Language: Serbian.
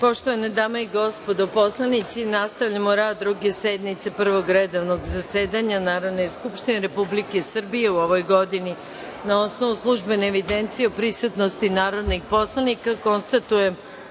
Poštovane dame i gospodo narodni poslanici, nastavljamo rad Druge sednice Prvog redovnog zasedanja Narodne skupštine Republike Srbije u 2017. godini. Na osnovu službene evidencije o prisutnosti narodnih poslanika, konstatujem